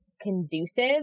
conducive